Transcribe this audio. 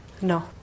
No